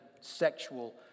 sexual